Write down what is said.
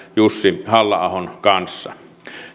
jussi halla ahon kanssa